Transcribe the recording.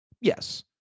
Yes